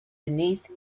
beneath